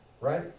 Right